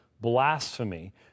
blasphemy